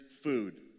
food